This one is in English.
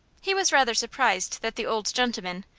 he was rather surprised that the old gentleman,